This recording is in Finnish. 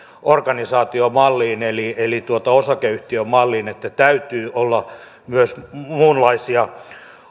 organisaatiomalliin eli eli osakeyhtiömalliin vaan täytyy olla myös muunlaisia